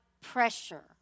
pressure